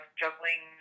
juggling